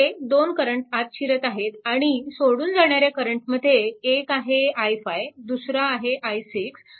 हे दोन करंट आत शिरत आहेत आणि सोडून जाणाऱ्या करंटमध्ये एक आहे i5 दुसरा आहे i6